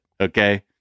okay